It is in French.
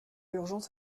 urgence